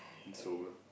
and sober